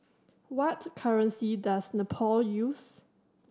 what currency does Nepal use